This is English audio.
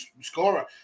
scorer